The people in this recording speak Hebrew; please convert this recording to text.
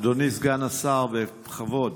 אדוני סגן השר, בכבוד.